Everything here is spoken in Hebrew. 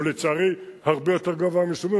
ולצערי הרבה יותר גבוה מ-80%,